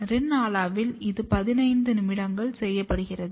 ரின் ஆலாவில் இது 15 நிமிடங்கள் செய்யப்படுகிறது